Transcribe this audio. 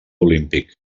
olímpic